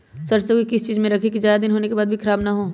सरसो को किस चीज में रखे की ज्यादा दिन होने के बाद भी ख़राब ना हो?